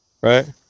right